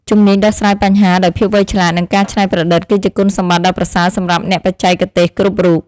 ជំនាញដោះស្រាយបញ្ហាដោយភាពវៃឆ្លាតនិងការច្នៃប្រឌិត គឺជាគុណសម្បត្តិដ៏ប្រសើរសម្រាប់អ្នកបច្ចេកទេសគ្រប់រូប។